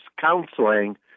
counseling